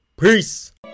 Peace